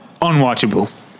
unwatchable